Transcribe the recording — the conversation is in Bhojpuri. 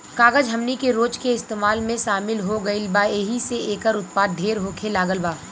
कागज हमनी के रोज के इस्तेमाल में शामिल हो गईल बा एहि से एकर उत्पाद ढेर होखे लागल बा